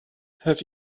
have